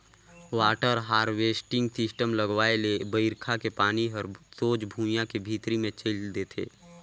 water harvesting system लगवाए ले बइरखा के पानी हर सोझ भुइयां के भीतरी मे चइल देथे